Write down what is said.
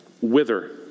Wither